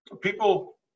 People